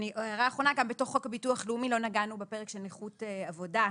גם בתוך חוק הביטוח לאומי לא נגענו בפרק של נכות עבודה,